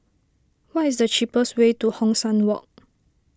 what is the cheapest way to Hong San Walk